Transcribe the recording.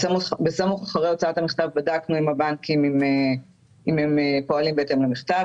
בסמוך אחרי הוצאת המכתב בדקנו עם הבנקים אם הם פועלים בהתאם למכתב,